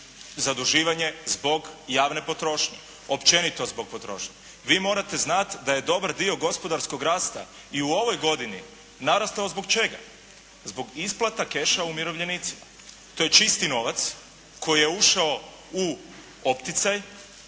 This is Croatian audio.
zaduživanje zbog javne potrošnje. Općenito zbog potrošnje. Vi morate znat da je dobar dio gospodarskog rasta i u ovoj godini narastao zbog čega? Zbog isplata keša umirovljenicima. To je čisti novac koji je ušao u opticaj.